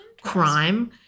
crime